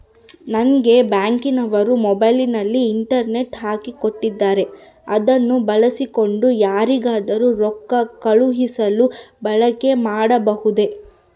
ನಂಗೆ ಬ್ಯಾಂಕಿನವರು ಮೊಬೈಲಿನಲ್ಲಿ ಇಂಟರ್ನೆಟ್ ಹಾಕಿ ಕೊಟ್ಟಿದ್ದಾರೆ ಅದನ್ನು ಬಳಸಿಕೊಂಡು ಯಾರಿಗಾದರೂ ರೊಕ್ಕ ಕಳುಹಿಸಲು ಬಳಕೆ ಮಾಡಬಹುದೇ?